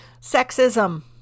Sexism